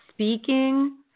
Speaking